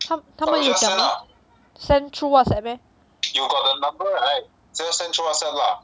他他没有讲 meh send through whatsapp meh